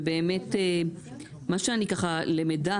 ובאמת מה שאני ככה למדה,